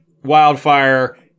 Wildfire